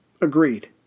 agreed